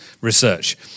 research